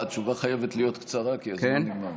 התשובה חייבת להיות קצרה, כי הזמן נגמר.